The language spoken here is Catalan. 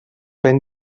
ben